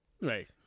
Right